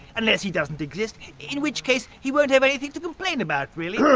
unless he doesn't exist, in which case he won't have anything to complain about, really.